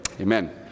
Amen